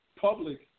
public